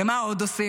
מה עוד עושים?